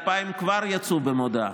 2,000 כבר יצאו במודעה,